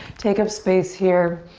take up space here.